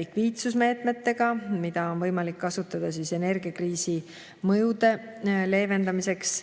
likviidsusmeetmetega, mida on võimalik kasutada energiakriisi mõjude leevendamiseks.